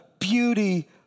beauty